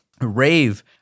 rave